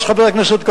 אז חבר הכנסת,